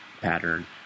pattern